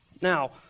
Now